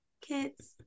kids